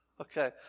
Okay